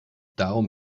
darum